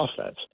offense